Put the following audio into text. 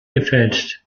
gefälscht